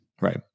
Right